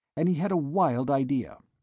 and he had a wild idea.